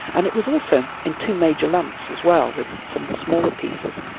and it was also in two major lumps, as well, with some smaller pieces.